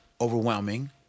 overwhelming